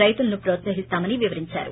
రైతులను ప్రోత్సహిస్తామని వివరించారు